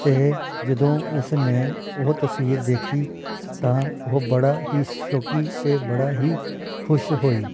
ਅਤੇ ਜਦੋਂ ਉਸ ਨੇ ਉਹ ਤਸਵੀਰ ਦੇਖੀ ਤਾਂ ਉਹ ਬੜਾ ਹੀ ਸ਼ੋਕ ਅਤੇ ਬੜਾ ਹੀ ਖੁਸ਼ ਹੋਈ